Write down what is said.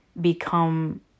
become